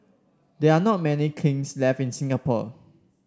there are not many kilns left in Singapore